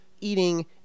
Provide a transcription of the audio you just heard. eating